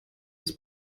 des